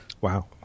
Wow